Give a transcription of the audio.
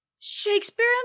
Shakespeare